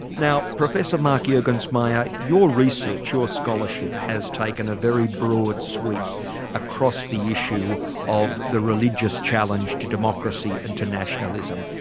now professor mark juergensmeyer, your research, your scholarship has taken a very broad sweep across the issue of the religious challenge to democracy and to nationalism.